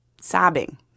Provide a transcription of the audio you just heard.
sobbing